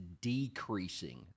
decreasing